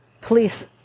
police